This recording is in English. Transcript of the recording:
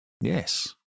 Yes